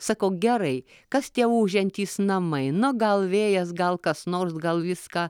sakau gerai kas tie ūžiantys namai na gal vėjas gal kas nors gal viską